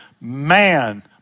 man